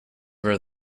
where